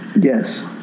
Yes